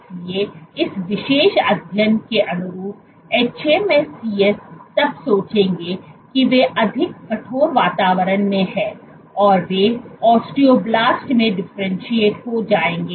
इसलिए इस विशेष अध्ययन के अनुरूप hMSCs तब सोचेंगे कि वे अधिक कठोर वातावरण में हैं और वे ओस्टियोब्लास्ट में डिफरेंशिएट हो जाएंगे